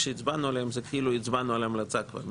כשהצבענו עליהן זה כאילו הצבענו על ההמלצה כבר,